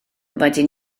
rydyn